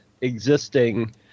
existing